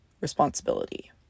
responsibility